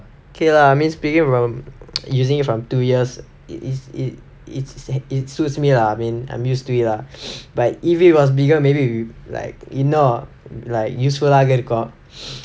K lah I mean speaking from using it for two years it is it it suits me lah I mean I'm used to it lah but if it was bigger maybe will be like இன்னும்:innum like useful lah ஆக இருக்கும்:aaga irukkum